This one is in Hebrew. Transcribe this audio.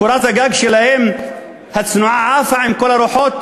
קורת הגג הצנועה שלהם עפה עם כל הרוחות,